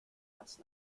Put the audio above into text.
last